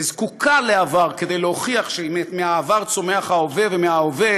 וזקוקה לעבר כדי להוכיח שמהעבר צומח ההווה ומההווה